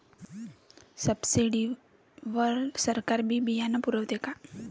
Subsidy वर सरकार बी बियानं पुरवते का?